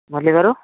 మురళి గారు